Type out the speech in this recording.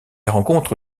rencontre